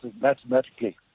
mathematically